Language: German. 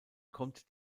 kommt